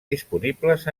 disponibles